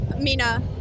Mina